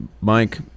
Mike